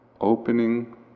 Opening